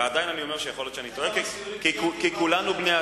ועדיין אני אומר שיכול להיות שאני טועה,